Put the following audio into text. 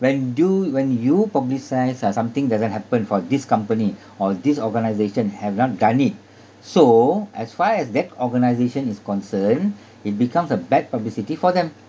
when do when you publicise uh something doesn't happen for this company or this organisation have not done it so as far as that organisation is concerned it becomes a bad publicity for them